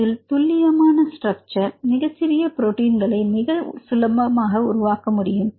இதில் துல்லியமான ஸ்ட்ரக்சர் மிகச்சிறிய புரோட்டீன்கள் சுலபமாக உருவாக்க முடியும்